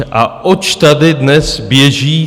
A oč tady dnes běží?